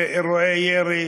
באירועי ירי,